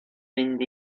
mynd